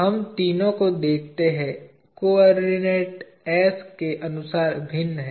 हम इन तीनों को देखते हैं कोऑर्डिनेट s के अनुसार भिन्न हैं